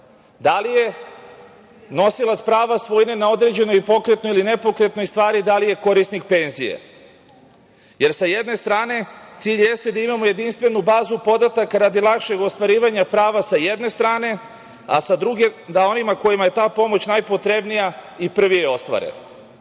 da li nosilac prava svojine na određenoj pokretnoj ili nepokretnoj stvari, da li je korisnik penzije jer sa jedne strane cilj jeste da imamo jedinstvenu bazu podataka radi lakšeg ostvarivanja prava sa jedne strane, a sa druge da onima kojima je ta pomoć najpotrebnija i prvi je ostvare. Dalje,